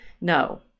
no